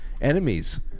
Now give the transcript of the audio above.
enemies